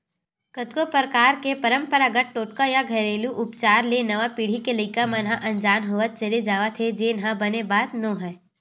कतको परकार के पंरपरागत टोटका या घेरलू उपचार ले नवा पीढ़ी के लइका मन ह अनजान होवत चले जावत हे जेन ह बने बात नोहय